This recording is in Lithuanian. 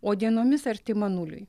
o dienomis artima nuliui